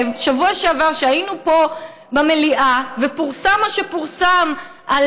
בשבוע שעבר כשהיינו פה במליאה ופורסם מה שפורסם על